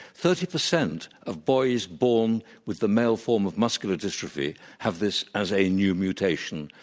thirty percent of boys born with the male form of muscular dystrophy have this as a new mutation,